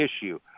issue